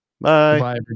bye